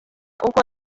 uko